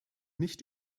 nicht